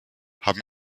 haben